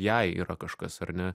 jai yra kažkas ar ne